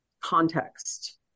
context